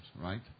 right